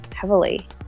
heavily